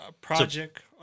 Project